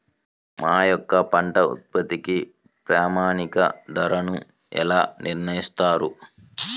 మా యొక్క పంట ఉత్పత్తికి ప్రామాణిక ధరలను ఎలా నిర్ణయిస్తారు?